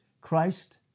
Christ